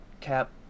cap